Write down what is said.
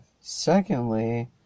secondly